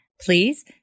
Please